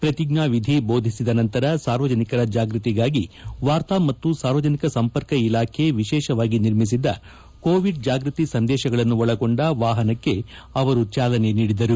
ಪ್ರತಿಜ್ಞಾವಿಧಿ ಭೋದಿಸಿದ ನಂತರ ಸಾರ್ವಜನಿಕರ ಜಾಗೃತಿಗಾಗಿ ವಾರ್ತಾ ಮತ್ತು ಸಾರ್ವಜನಿಕ ಸಂಪರ್ಕ ಇಲಾಖೆ ವಿಶೇಷವಾಗಿ ನಿರ್ಮಿಸಿದ್ದ ಕೋವಿಡ್ ಜಾಗೃತಿ ಸಂದೇಶಗಳನ್ನು ಒಳಗೊಂಡ ವಾಹನಕ್ಕೆ ಅವರು ಚಾಲನೆ ನೀಡಿದರು